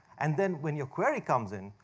and then, when you query comes in,